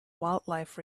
wildlife